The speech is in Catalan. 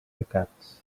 pecats